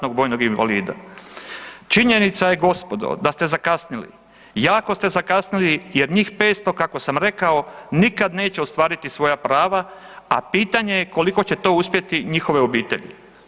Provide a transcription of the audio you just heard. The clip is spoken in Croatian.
Činjenica je gospodo da ste zakasnili, jako ste zakasnili jer njih 500 kako sam rekao nikad neće ostvariti svoja prava, a pitanje je koliko će to uspjeti njihove obitelji.